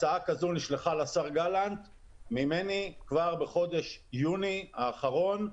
הצעה כזו נשלחה לשר גלנט ממני כבר בחודש יוני האחרון.